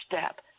step